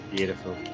Beautiful